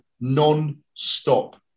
non-stop